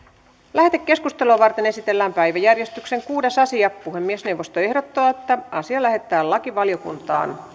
lähetekeskustelua varten esitellään päiväjärjestyksen kuudes asia puhemiesneuvosto ehdottaa että asia lähetetään lakivaliokuntaan